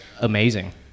amazing